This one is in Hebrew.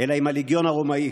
אלא אם הלגיון הרומאי.